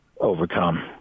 overcome